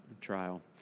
trial